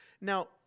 Now